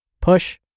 push